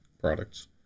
products